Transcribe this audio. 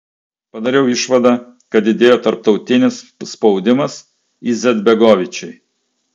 padariau išvadą kad didėjo tarptautinis spaudimas izetbegovičiui